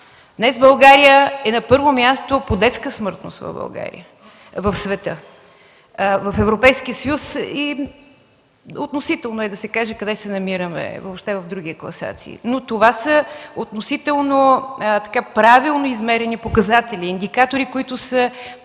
Днес България е на първо място по детска смъртност в света, в Европейския съюз. Относително е да кажем къде се намираме в други класации. Това са относително правилно измерени показатели. Ние ще